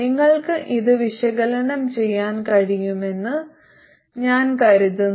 നിങ്ങൾക്ക് ഇത് വിശകലനം ചെയ്യാൻ കഴിയുമെന്ന് ഞാൻ കരുതുന്നു